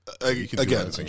again